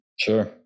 Sure